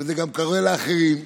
וזה גם קרה לאחרים.